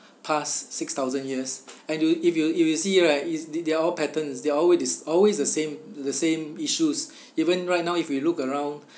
past six thousand years and you if you if you see right is th~ they're all patterns they're always the s~ always the same the same issues even right now if you look around